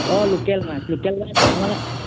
অঁ লোকেল মাছ লোকেল মাছ আমাৰ